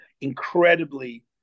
incredibly